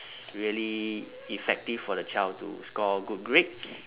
really effective for the child to score good grades